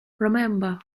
remember